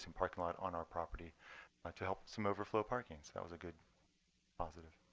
and parking lot on our property to help some overflow parking. so that was a good positive.